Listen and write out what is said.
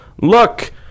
look